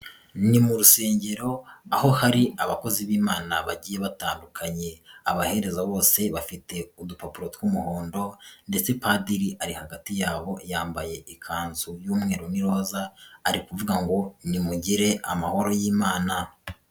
Ni mu rusengero aho hari abakozi b'Imana bagiye batandukanye. Abahereza bose bafite udupapuro tw'umuhondo ndetse padiri ari hagati yabo yambaye ikanzu y'umweru, n'iroza ari ukuvuga ngo nimugire amahoro y'Imana.